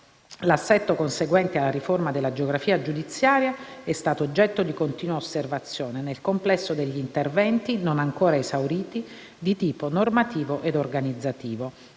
l'assetto conseguente alla riforma della geografia giudiziaria è stato oggetto di continua osservazione, nel complesso degli interventi, non ancora esauriti, di tipo normativo e organizzativo,